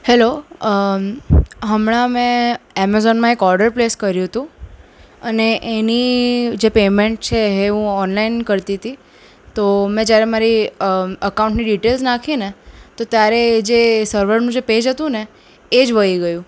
hello હમણાં મેં Amazon એક ઓર્ડર પ્લેસ કર્યું હતું અને એની જે પેમેન્ટ છે એ હું ઓનલાઇન કરતી હતી તો મેં જ્યારે મારી અકાઉન્ટની ડીટેલ્સ નાખીને તો ત્યારે જે પેજ હતું ને એ જે સર્વરનું જે પેજ હતું ને એ જ વઈ ગયું